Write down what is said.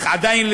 אך עדיין,